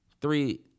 three